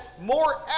more